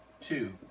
two